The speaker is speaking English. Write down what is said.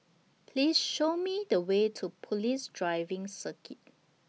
Please Show Me The Way to Police Driving Circuit